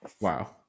wow